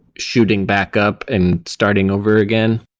shooting back up and starting over again.